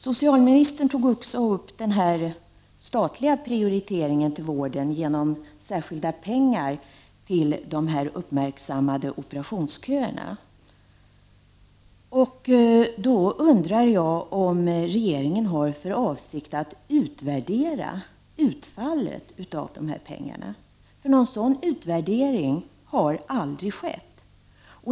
Socialministern tog upp frågan om den statliga prioriteringen av vården genom att anslå särskilda pengar till de uppmärksammade operationsköerna. Jag undrar om regeringen har för avsikt att utvärdera utfallet av dessa pengar. Någon sådan utvärdering har aldrig skett.